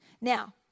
Now